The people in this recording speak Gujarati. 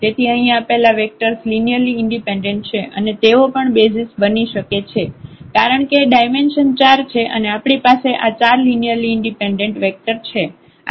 તેથી અહીં આપેલા વેક્ટર્સ લિનિયરલી ઈન્ડિપેન્ડેન્ટ છે અને તેઓ પણ બેસિઝ બની શકે છે કારણ કે ડાયમેન્શન 4 છે અને આપણી પાસે આ 4 લિનિયરલી ઈન્ડિપેન્ડેન્ટ વેક્ટર છે